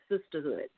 sisterhood